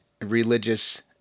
religious